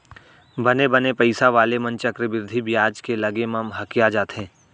बने बने पइसा वाले मन चक्रबृद्धि बियाज के लगे म हकिया जाथें